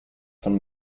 von